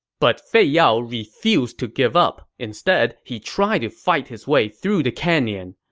but fei yao refused to give up. instead, he tried to fight his way through the canyon.